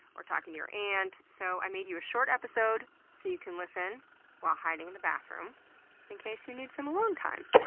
or talking to your aunt, so i made you a short episode so you can listen while hiding in the bathroom in case you need some alone time.